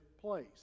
place